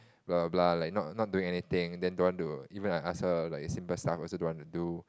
blah blah blah like not not doing anything then don't want to even like I ask her like a simple stuff also don't want to do